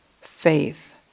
faith